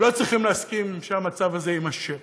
לא צריכים להסכים שהמצב הזה יימשך.